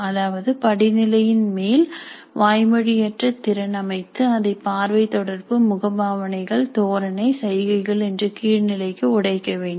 அதாவது படிநிலையின் மேல் வாய்மொழியற்ற திறன் அமைத்து அதை பார்வை தொடர்பு முகபாவனைகள் தோரணை சைகைகள் என்று கீழ்நிலைக்கு உடைக்க வேண்டும்